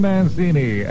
Mancini